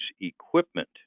equipment